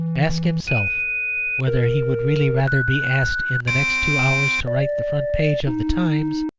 ask himself whether he would really rather be asked in the next two hours to write the front page of the times,